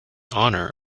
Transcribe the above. honor